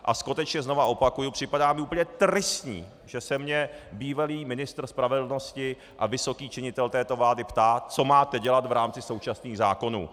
A skutečně znovu opakuji, připadá mi úplně tristní, že se mě bývalý ministr spravedlnosti a vysoký činitel této vlády ptá, co máte dělat v rámci současných zákonů.